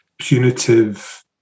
punitive